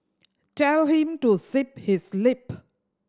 tell him to zip his lip